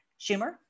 Schumer